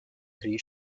three